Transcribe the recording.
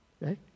right